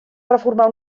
reformar